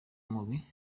mubi